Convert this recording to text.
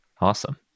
Awesome